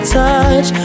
touch